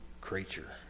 creature